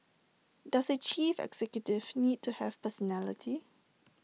does A chief executive need to have personality